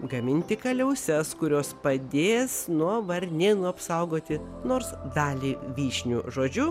gaminti kaliauses kurios padės nuo varnėnų apsaugoti nors dalį vyšnių žodžiu